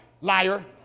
liar